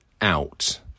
out